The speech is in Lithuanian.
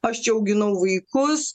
aš čia auginau vaikus